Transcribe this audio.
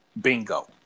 Bingo